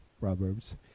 Proverbs